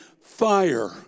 fire